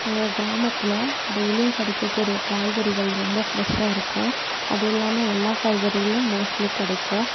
எங்க கிராமத்தில் டெய்லியும் கிடைக்குறதுக்கு ஒரு காய்கறிகள் ரொம்ப பிரெஷாக இருக்கும் அதுவும் இல்லாமல் எல்லாம் காய்கறிகளும் மோஸ்ட்லி கிடைக்கும்